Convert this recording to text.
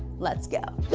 let's go.